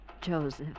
Joseph